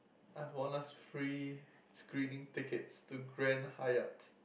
I've won us free screening tickets to grand-hyatt